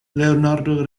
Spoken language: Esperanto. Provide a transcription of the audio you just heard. leonardo